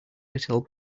little